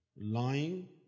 lying